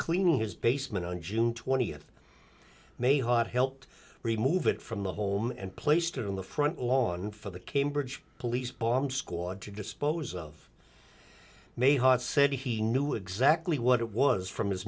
cleaning his basement on june twentieth meha it helped remove it from the home and placed it on the front lawn for the cambridge police bomb squad to dispose of meha said he knew exactly what it was from his